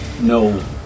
No